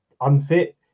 unfit